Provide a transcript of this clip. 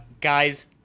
guys